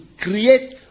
create